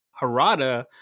Harada